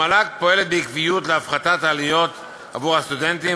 המל"ג פועלת בקביעות להפחתת עלויות עבור הסטודנטים,